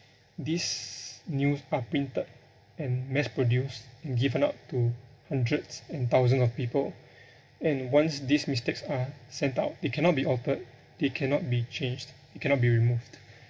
these news are printed and mass produced and given out to hundreds and thousands of people and once these mistakes are sent out it cannot be altered it cannot be changed it cannot be removed